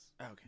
Okay